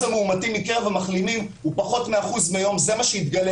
המאומתים מקרב המחלימים הוא פחות מאחוז ביום - זה מה שיתגלה